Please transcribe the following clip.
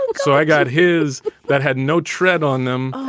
so i got his that had no tread on them.